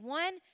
one